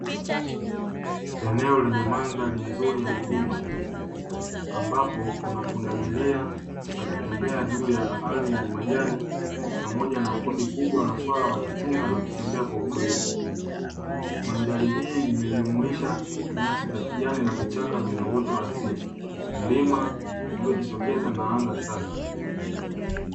Eneo lenye mandhari nzuri ya milima, ambapo kuna pundamilia akitembea juu ya ardhi yenye majani, pamoja na kundi kubwa la swala wakichunga na kutembea kwa utulivu. Mandhari hii imejumuisha nyasi za kijani na vichaka vyenye uoto wa asili, mlima uliojitokeza na anga safi.